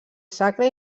sacre